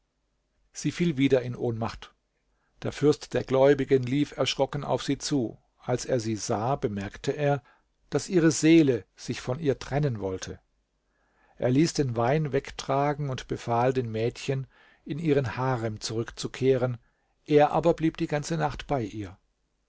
sie fiel wieder in ohnmacht der fürst der gläubigen lief erschrocken auf sie zu als er sie sah bemerkte er daß ihre seele sich von ihr trennen wolle er ließ den wein wegtragen und befahl den mädchen in ihren harem zurückzukehren er aber blieb die ganze nacht bei ihr